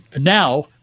Now